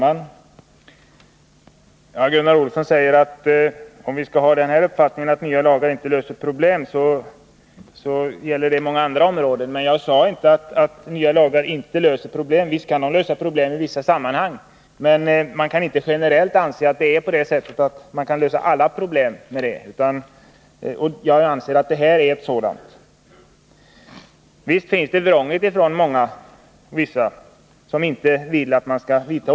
Herr talman! Gunnar Olsson säger att uttalandet att nya lagar inte löser några problem också måste gälla många andra områden. Men jag sade inte att nya lagar inte löser problem. Visst kan man i vissa sammanhang lösa problem med lagstiftning, men man kan inte göra det generellt. Och jag anser Nr 34 att det här är ett sådant problem som inte kan lösas med lagstiftning. Onsdagen den Visst är det många som är vrånga och inte vill att åtgärder skall vidtas.